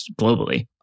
globally